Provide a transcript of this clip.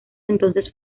entonces